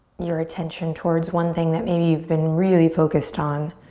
your attention towards one thing that maybe you've been really focused on.